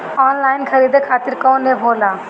Online खरीदे खातीर कौन एप होला?